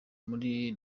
muri